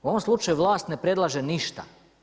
U ovom slučaju vlast ne predlaže ništa.